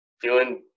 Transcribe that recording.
Feeling